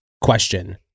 question